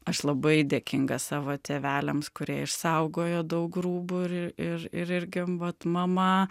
aš labai dėkinga savo tėveliams kurie išsaugojo daug rūbų ir ir ir irgi vat mama